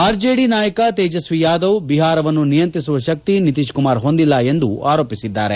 ಆರ್ಜೆಡಿಯ ನಾಯಕ ತೇಜಸ್ವಿಯಾದವ್ ಬಿಹಾರವನ್ನು ನಿಯಂತ್ರಿಸುವ ಶಕ್ತಿ ನಿತೀಶ್ಕುಮಾರ್ ಹೊಂದಿಲ್ಲ ಎಂದು ಆರೋಪಿಸಿದರು